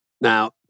Now